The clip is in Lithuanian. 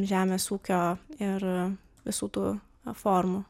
žemės ūkio ir visų tų formų